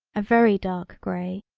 a very dark grey,